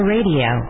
Radio